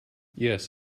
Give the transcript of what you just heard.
yes